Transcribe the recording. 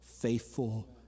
faithful